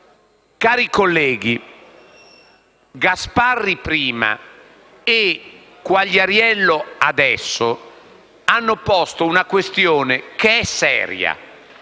Cari colleghi, Gasparri prima e Quagliariello adesso hanno posto una questione che è seria,